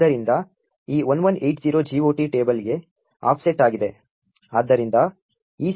ಆದ್ದರಿಂದ ಈ 1180 GOT ಟೇಬಲ್ಗೆ ಆಫ್ಸೆಟ್ ಆಗಿದೆ